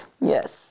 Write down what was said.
Yes